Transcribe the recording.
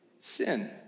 sin